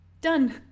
Done